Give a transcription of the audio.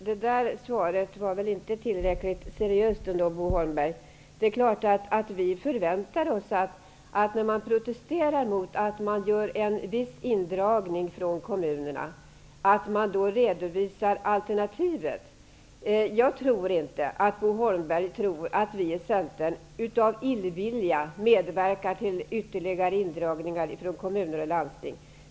Herr talman! Bo Holmbergs svar var väl inte tillräckligt seriöst. När man protesterar mot att det görs en viss indragning från kommunerna, är det klart att vi förväntar oss att man redovisar alternativet. Bo Holmberg tror nog inte att vi i Centern av illvilja medverkar till ytterligare indragningar från kommuner och landsting.